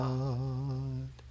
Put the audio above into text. God